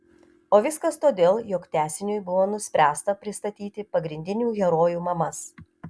o viskas todėl jog tęsiniui buvo nuspręsta pristatyti pagrindinių herojų mamas